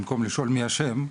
במקום לשאול מי אשם,